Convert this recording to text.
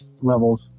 levels